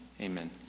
Amen